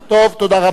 טוב, תודה רבה.